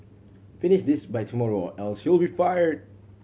finish this by tomorrow or else you'll be fired